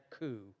coup